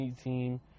team